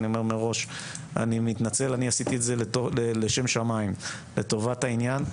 מראש מתנצל ואומר שעשיתי את זה לשם שמים ולטובת העניין.